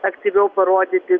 aktyviau parodyti